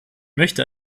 möchte